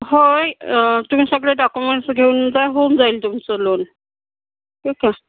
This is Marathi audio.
होय तुम्ही सगळे डाकुमेंट्स घेऊन जा होऊन जाईल तुमचं लोन ठीक आहे